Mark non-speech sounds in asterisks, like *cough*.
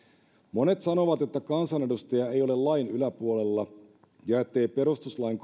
monet sanovat että kansanedustaja ei ole lain yläpuolella ja ettei perustuslain *unintelligible*